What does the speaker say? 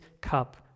cup